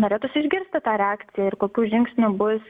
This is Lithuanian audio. norėtųsi išgirsti tą reakciją ir kokių žingsnių bus